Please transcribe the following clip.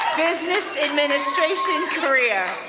business administration career.